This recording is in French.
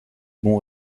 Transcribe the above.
bons